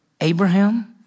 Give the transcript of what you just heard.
Abraham